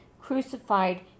crucified